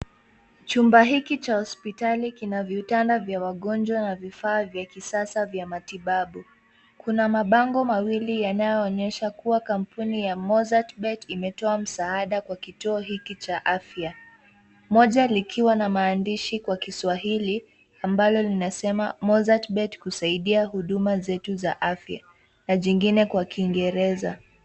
Chumba hiki cha hospitali kina vitanda vya wagonjwa na vifaa vya kisasa vya matibabu. Kuna mabango mawili yanayoonyesha kuwa kampuni ya Mozzart Bet imetoa msaada kwa kituo hiki cha afya. Moja likiwa na maandishi Kwa Kiswahili ambalo linasema Mozzart Bet husaidia huduma zetu za afya na jingine Kwa kingereza.